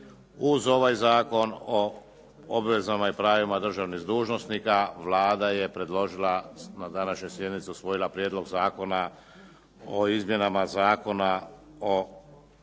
uz ovaj Zakon o obveznim pravima državnih dužnosnika Vlada je na današnjoj sjednici usvojila Prijedlog zakona o izmjenama Zakona o